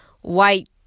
white